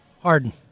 Harden